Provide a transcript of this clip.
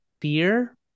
fear